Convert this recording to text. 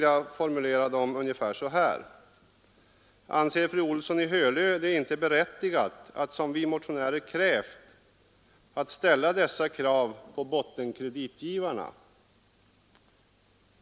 Jag formulerar dem så här: Anser fru Olsson i Hölö det inte berättigat att, som vi motionärer begärt, ställa dessa krav på bottenkreditgivarna?